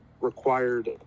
required